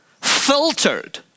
filtered